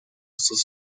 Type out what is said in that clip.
sus